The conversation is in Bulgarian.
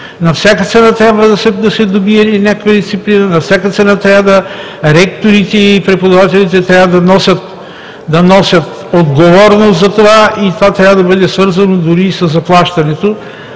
На всяка цена трябва да се добие някаква дисциплина, на всяка цена ректорите и преподавателите трябва да носят отговорност за това. Това трябва да бъде свързано дори и със заплащането.